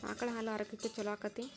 ಆಕಳ ಹಾಲು ಆರೋಗ್ಯಕ್ಕೆ ಛಲೋ ಆಕ್ಕೆತಿ?